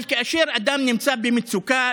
אבל כאשר אדם נמצא במצוקה,